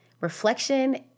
reflection